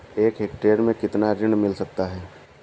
एक हेक्टेयर में कितना ऋण मिल सकता है?